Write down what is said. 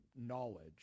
knowledge